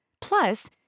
Plus